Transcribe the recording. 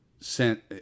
Sent